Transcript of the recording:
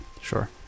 Sure